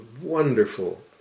wonderful